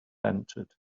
entered